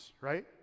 right